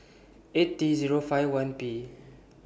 eight T Zero five one P